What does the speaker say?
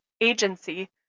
Agency